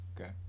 Okay